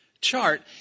chart